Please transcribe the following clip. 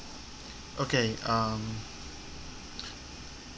okay um